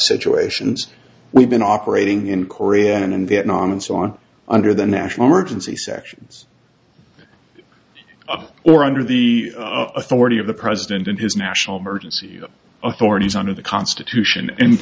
situations we've been operating in korea and vietnam and so on under the national emergency sections of or under the authority of the president and his national emergency authorities under the constitution and